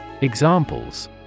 Examples